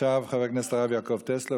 עכשיו חבר הכנסת הרב יעקב טסלר,